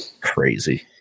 crazy